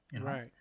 Right